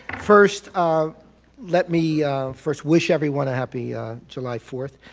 first um let me first wish everyone a happy july fourth.